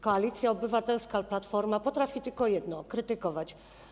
Koalicja Obywatelska, Platforma potrafi tylko jedno: krytykować.